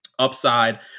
upside